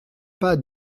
pas